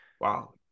Wow